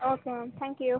okay ma'am thank you